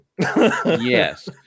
Yes